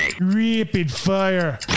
Rapid-fire